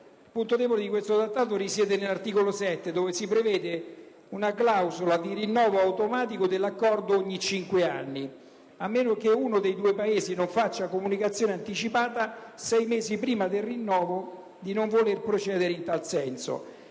di una gravità estrema, risiede nell'articolo 7 in cui si prevede una clausola di rinnovo automatico dell'Accordo ogni cinque anni, a meno che uno dei due Paesi non comunichi anticipatamente, sei mesi prima del rinnovo, di non voler procedere in tal senso.